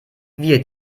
wir